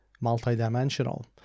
multi-dimensional